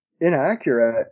inaccurate